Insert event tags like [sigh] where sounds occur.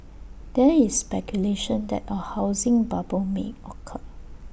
there is [noise] speculation that A housing bubble may occur